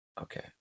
Okay